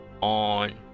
on